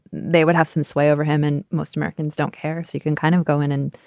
they would have some sway over him and most americans don't care so he can kind of go in and